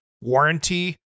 warranty